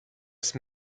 ist